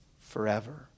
forever